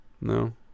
No